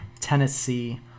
Tennessee